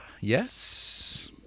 Yes